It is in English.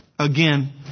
again